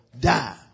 die